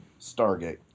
Stargate